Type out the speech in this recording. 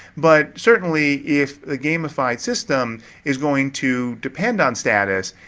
but certainly if a gamified system is going to depend on status,